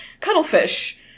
cuttlefish